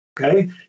okay